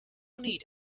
need